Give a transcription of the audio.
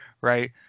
right